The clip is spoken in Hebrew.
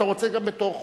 אתה רוצה גם בתור חוק,